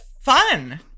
fun